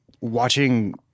watching